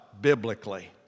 biblically